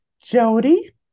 Jody